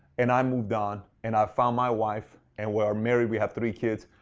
and i moved on and i found my wife and we are married, we have three kids.